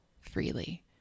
freely